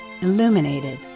illuminated